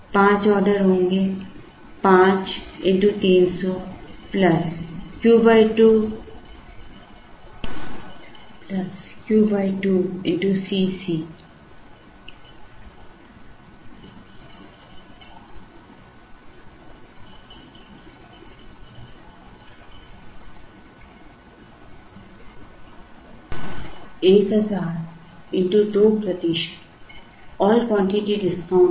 पांच ऑर्डर होंगे Q 2 C c 1000 x 2 प्रतिशत ऑल क्वांटिटी डिस्काउंट है